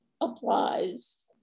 applies